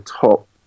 top